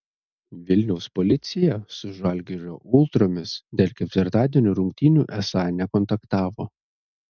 vilniaus policija su žalgirio ultromis dėl ketvirtadienio rungtynių esą nekontaktavo